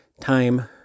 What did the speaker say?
time